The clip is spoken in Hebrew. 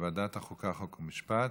לוועדת החוקה, חוק ומשפט?